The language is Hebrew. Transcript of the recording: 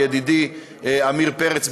ידידי עמיר פרץ,